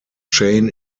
chain